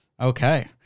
okay